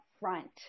front